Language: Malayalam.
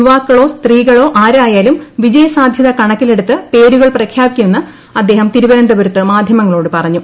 യുവാക്കളോ സ്ത്രീകളോ ആരായാലും വിജയസാധ്യത കണക്കിലെടുത്ത് പേരുകൾ പ്രഖ്യാപിക്കുമെന്ന് അദ്ദേഹം തിരുവനന്തപുരത്ത് മാധ്യമങ്ങളോട് പറഞ്ഞു